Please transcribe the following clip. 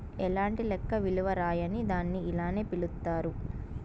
ఎలాంటి లెక్క విలువ రాయని దాన్ని ఇలానే పిలుత్తారు